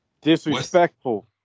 Disrespectful